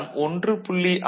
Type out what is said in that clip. முன்பு நாம் 1